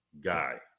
Guy